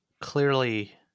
clearly